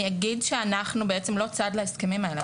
אני אגיד שאנחנו בעצם לא צד להסכמים האלה,